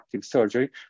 surgery